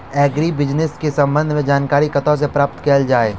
Agri business केँ संबंध मे जानकारी कतह सऽ प्राप्त कैल जाए?